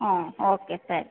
ಹಾಂ ಓಕೆ ಸರಿ